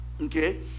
Okay